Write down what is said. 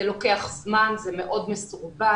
אבל זה לוקח זמן וזה מאוד מסורבל.